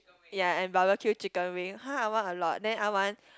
ya and barbecue chicken wing !huh! I want a lot then I want